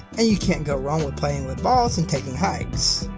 and you can't go wrong with playing with balls and taking hikes.